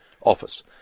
office